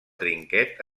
trinquet